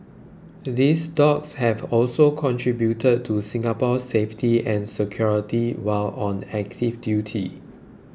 these dogs have also contributed to Singapore's safety and security while on active duty